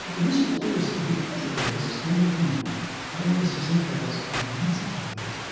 whistleblowers, because of the risks, only come out when the system fails comprehensively, right?